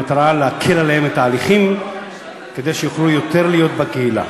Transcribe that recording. במטרה להקל עליהם את ההליכים כדי שיוכלו להיות יותר בקהילה.